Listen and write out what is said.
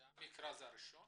זה המכרז הראשון